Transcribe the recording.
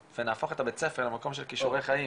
ונהפוך את בית הספר למקום של כישורי חיים